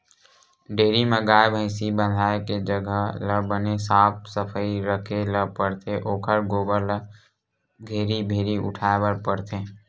dairy म गाय, भइसी बंधाए के जघा ल बने साफ सफई राखे ल परथे ओखर गोबर ल घेरी भेरी उठाए बर परथे